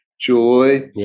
joy